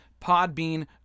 Podbean